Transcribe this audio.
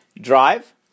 drive